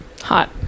Hot